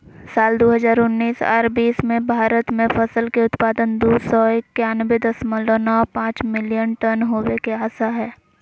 साल दू हजार उन्नीस आर बीस मे भारत मे फसल के उत्पादन दू सौ एकयानबे दशमलव नौ पांच मिलियन टन होवे के आशा हय